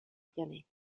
pianeti